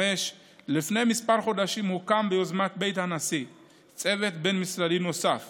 לפני כמה חודשים הוקם ביוזמת בית הנשיא צוות בין-משרדי נוסף